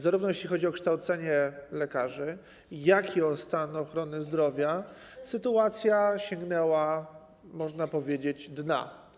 Zarówno jeśli chodzi o kształcenie lekarzy, jak i o stan ochrony zdrowia sytuacja sięgnęła, można powiedzieć, dna.